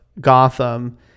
Gotham